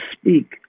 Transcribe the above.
speak